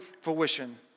fruition